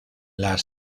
las